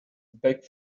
back